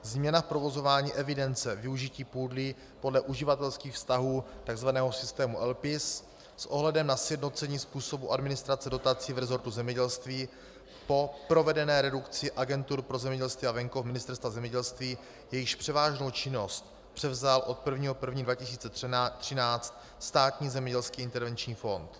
Změna v provozování evidence využití půdy podle uživatelských vztahů, takzvaného systému LPIS, s ohledem na sjednocení způsobu administrace dotací v resortu zemědělství po provedené redukci agentur pro zemědělství a venkov Ministerstva zemědělství, jejichž převážnou činnost převzal od 1. 1. 2013 Státní zemědělský intervenční fond.